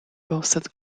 boasted